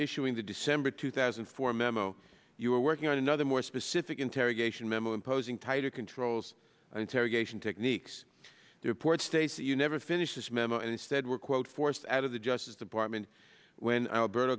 issuing the december two thousand and four memo you were working on another more specific interrogation memo imposing tighter controls on interrogation techniques the report states that you never finished this memo and instead were quote forced out of the justice department when